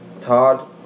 Todd